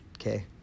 okay